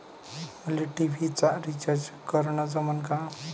मले टी.व्ही चा रिचार्ज करन जमन का?